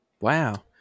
wow